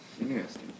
interesting